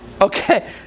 Okay